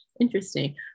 interesting